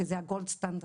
שזה הגולד סטנדרט,